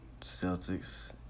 Celtics